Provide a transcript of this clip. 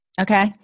okay